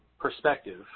perspective